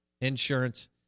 insurance